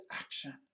action